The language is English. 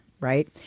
right